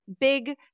big